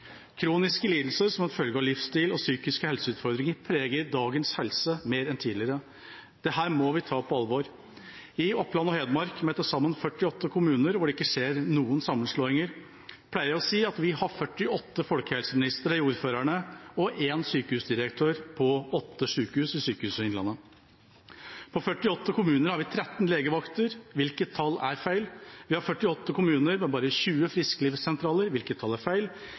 Kroniske lidelser som kommer som følge av livsstil og psykiske helseutfordringer, preger dagens helse mer enn tidligere. Dette må vi ta på alvor. I Oppland og Hedmark, hvor det er til sammen 48 kommuner, og hvor det ikke finner sted noen sammenslåinger, pleier jeg å si at vi har 48 folkehelseministre i ordførerne og én sykehusdirektør på åtte sykehus ved Sykehuset Innlandet HF. På 48 kommuner har vi 13 legevakter. Hvilket tall er feil? Vi har 48 kommuner, men bare 20 frisklivssentraler. Hvilket tall er feil?